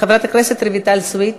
חברת הכנסת רויטל סויד.